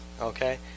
okay